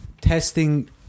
testing